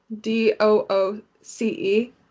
d-o-o-c-e